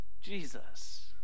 Jesus